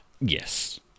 Yes